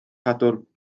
sadwrn